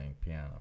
piano